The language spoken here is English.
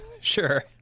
sure